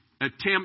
attempt